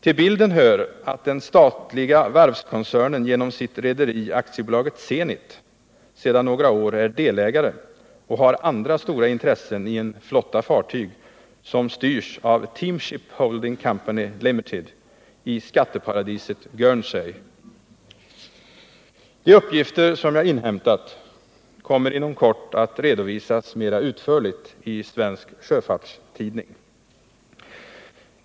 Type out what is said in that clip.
Till bilden hör att den statliga varvskoncernen genom sitt rederi AB Zenit sedan några år är delägare i och har andra stora intressen i en flotta fartyg som styrs av Team-Ship Holding Co. Ltd. i skatteparadiset Guernsey. De uppgifter som jag inhämtat kommer inom kort att redovisas mera utförligt i Svensk Sjöfarts Tidning.